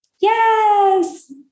Yes